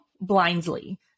blindly